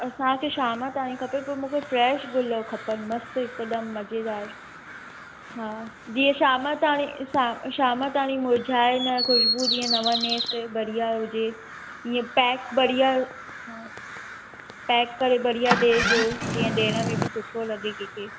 असांखे शाम ताणी खपे पोइ मूंखे फ्रैश गुल खपनि मस्तु हिकदमि मज़ेदारु हा जीअं शाम ताणी शाम ताणी मुर्झाए न ख़ुशबू जीअं न वञेसि बढ़िया हुजे ईअं पैक बढ़िया हा पैक करे बढ़िया ॾिजो जीअं ॾियण में बि सुठो लॻे कंहिंखे